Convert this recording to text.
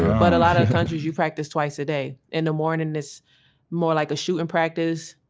but a lot of countries you practiced twice a day. in the morning it's more like a shooting practice,